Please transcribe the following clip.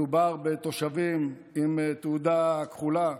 מדובר בתושבים עם תעודה כחולה,